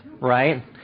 right